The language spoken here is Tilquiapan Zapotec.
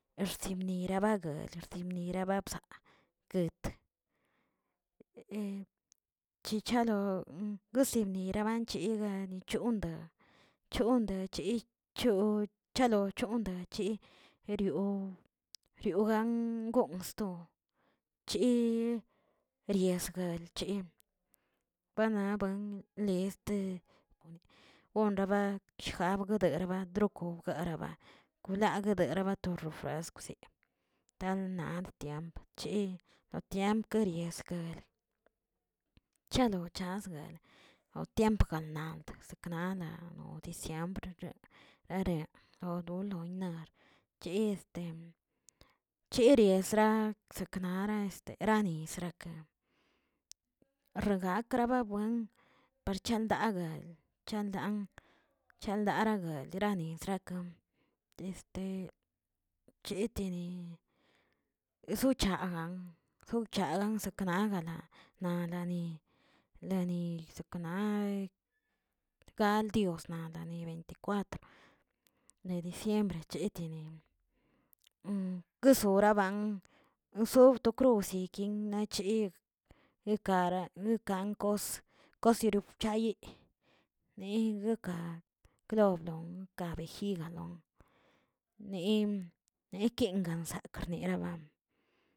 Ersimiela baguilə yimnira ba bzaa guet, chichalo gusinira banchiga yichonda- chonda chichoo chalo chonda chiꞌ erioꞌ-erioꞌgan gonsto, chiriesguelche bana ban le on- onraba kijabguederaba togrokaꞌa raba kulabadegre to rob raskw sik, tanlaab tiempo, ye do tiemp korielgal, chalo chasga oh tiempo gana seknala o diciembr re are gonoloinna che cherieꞌ esra seknara este ranis rakə, regakraga buen parcha dagal chaldan chaldara galə ganizrakan, cheteni zuchagan- zuchagan zaknagala nalani nali sakna kald diosna la ni veiticuatro de diciembre cheteni, kesora ban sob to cruzikin nachig ekara nakan kos- kos chorub chayi niggakan klobdon ka bejigalon, ni- nikingansak niraba.